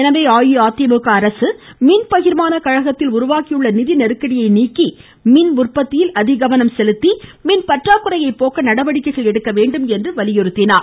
எனவே அஇஅதிமுக அரசு மின்பகிர்மான கழகத்தில் உருவாக்கியுள்ள நிதி நெருக்கடியை நீக்கி மின் உற்பத்தியில் அதிக கவனம் செலுத்தி மின்பற்றாக்குறையை போக்க நடவடிக்கை எடுக்க வேண்டும் என்று வலியுறுத்தியுள்ளார்